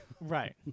Right